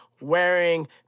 wearing